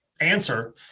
Answer